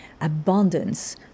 abundance